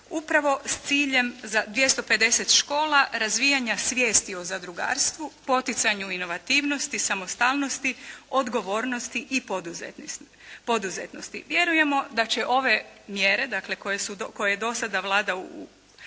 upravo s ciljem za 250 škola razvijanja svijesti o zadrugarstvu, poticanju inovativnosti, samostalnosti, odgovornosti i poduzetnosti. Vjerujemo da će ove mjere dakle koje je do sada Vlada